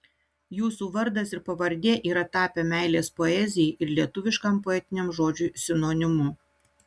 jūsų vardas ir pavardė yra tapę meilės poezijai ir lietuviškam poetiniam žodžiui sinonimu